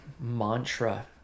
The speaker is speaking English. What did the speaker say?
mantra